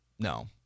No